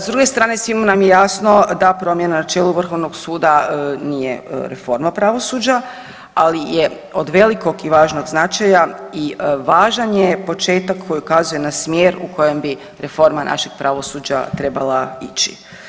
S druge strane svima nam je jasno da promjena na čelu Vrhovnog suda nije reforma pravosuđa, ali je od velikog i važnog značaja i važan je početak koji ukazuje na smjer u kojem bi reforma našeg pravosuđa trebala ići.